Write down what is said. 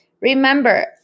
Remember